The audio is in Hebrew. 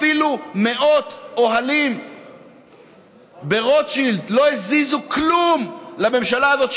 אפילו מאות אוהלים ברוטשילד לא הזיזו כלום לממשלה הזאת,